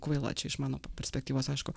kvaila čia iš mano perspektyvos aišku